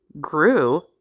grew